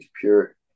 pure